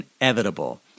inevitable